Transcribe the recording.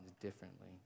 differently